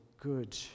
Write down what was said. good